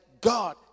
God